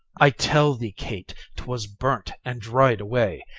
i tell thee, kate, twas burnt and dried away,